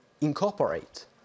incorporate